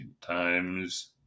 times